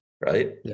right